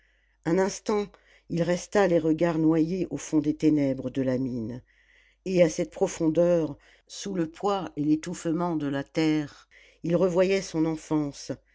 un instant il resta les regards noyés au fond des ténèbres de la mine et à cette profondeur sous le poids et l'étouffement de la terre il revoyait son enfance